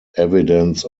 evidence